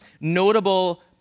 notable